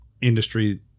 industry